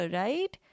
right